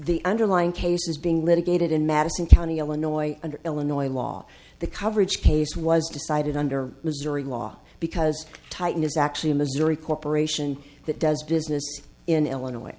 the underlying case is being litigated in madison county illinois under illinois law the coverage case was decided under missouri law because titan is actually a missouri corporation that does business in illinois